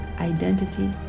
identity